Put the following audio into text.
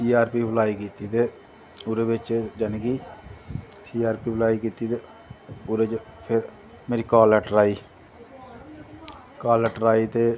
C R P apply कीती ते ओह्दे बिच्च जानि सी आर पी अपलाई कीती ते ओह्दे बिच्च फिर मेरी कॉल लैट्टर आई कॉल लैट्टर आई ते